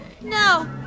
No